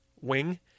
wing